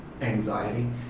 anxiety